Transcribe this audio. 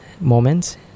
moments